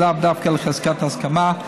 ולאו דווקא לחזקת ההסכמה.